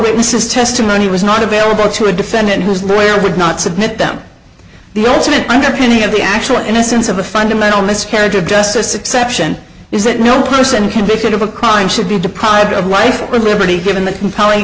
witnesses testimony was not available to a defendant whose lawyer would not submit them the ultimate underpinning of the actual innocence of a fundamental miscarriage of justice exception is that no person convicted of a crime should be deprived of life or liberty given the compelling